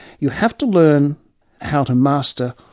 you have to learn how to master